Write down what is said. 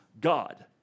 God